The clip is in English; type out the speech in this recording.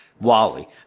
Wally